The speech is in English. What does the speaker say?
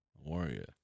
Warrior